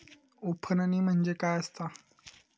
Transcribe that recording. उफणणी म्हणजे काय असतां?